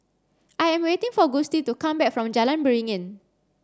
I am waiting for Gustie to come back from Jalan Beringin